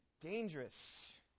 dangerous